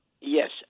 Yes